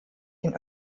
den